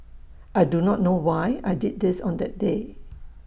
I do not know why I did this on that day